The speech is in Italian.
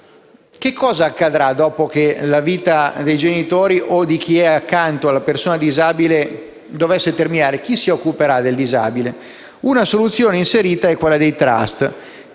Cosa accadrà dopo che la vita dei genitori o di chi è accanto alla persona disabile dovesse terminare? Chi si occuperà del disabile? Una soluzione prevista è quella dei *trust*